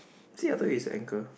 see I told you is an anchor